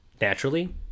Naturally